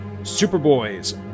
Superboy's